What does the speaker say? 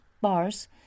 bars